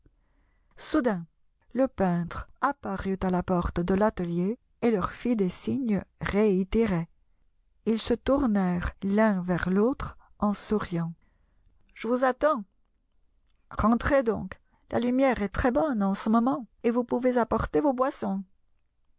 soudain le peintre apparut à la porte de l'atelier et leur fit des signes réitérés ils se tournèrent l'un vers l'autre en souriant je vous attends rentrez donc la lumière est très bonne en ce moment et vous pouvez apporter vos boissons